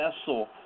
vessel